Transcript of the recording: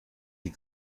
die